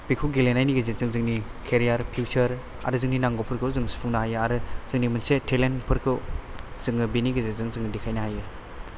बेखौ गेलेनायनि गेजेरजों जोंनि केरियार फिउचार आरो जोंनि नांगौफोरखौ जों सुफुंनो हायो आरो जोंनि मोनसे थेलेन्टफोरखौ जोङो बेनि गेजेरजों जों देखायनो हायो